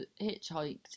hitchhiked